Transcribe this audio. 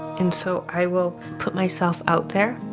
and so, i will put myself out there,